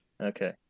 Okay